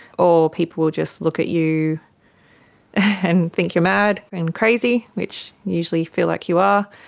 or people just look at you and think you are mad and crazy, which you usually feel like you are,